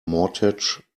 mortgage